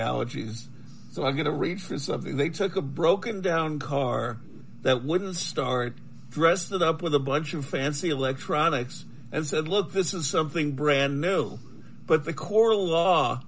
analogies so i'm going to refund something they took a broken down car that wouldn't start dressed it up with a bunch of fancy electronics and said look this is something brand new but the core law